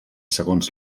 segons